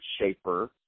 shaper